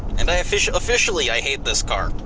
and i officially officially i hate this car,